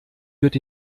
wird